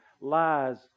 lies